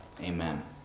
amen